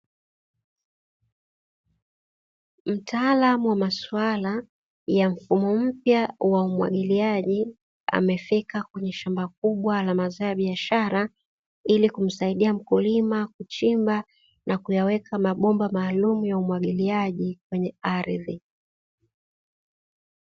Mtaalamu wa maswala ya mfumo mpya wa umwagiliaji, amefika kwenye shamba kubwa la mazao ya biashara ili kumsaidia mkulima kuchimba na kuyaweka mabomba maalumu ya umwagiliaji kwenye ardhi.